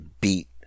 beat